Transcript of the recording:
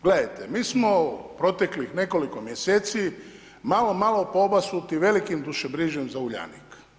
Gledajte mi smo proteklih nekoliko mjeseci malo malo poobasuti velikim dušebrigom za Uljanik.